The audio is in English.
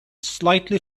slightly